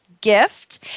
gift